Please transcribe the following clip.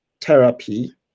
therapy